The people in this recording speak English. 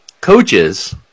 coaches